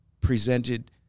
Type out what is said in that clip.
presented